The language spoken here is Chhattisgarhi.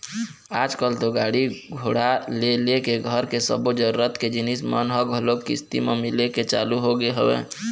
आजकल तो गाड़ी घोड़ा ले लेके घर के सब्बो जरुरत के जिनिस मन ह घलोक किस्ती म मिले के चालू होगे हवय